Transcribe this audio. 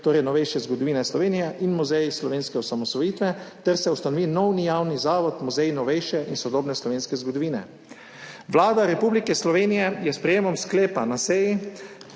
Muzej novejše zgodovine Slovenije in Muzej slovenske osamosvojitve ter se ustanovi nov javni zavod Muzej novejše in sodobne slovenske zgodovine. Vlada Republike Slovenije je torej s sprejetjem sklepa na seji